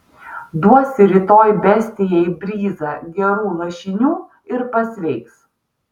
duosi rytoj bestijai bryzą gerų lašinių ir pasveiks